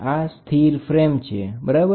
આ સ્થિર ફ્રેમ છે બરાબર